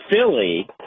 Philly